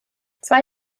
zwei